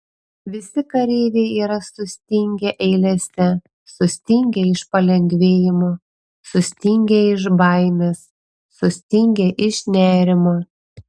visi kareiviai yra sustingę eilėse sutingę iš palengvėjimo sustingę iš baimės sustingę iš nerimo